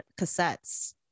cassettes